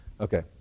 Okay